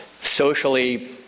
socially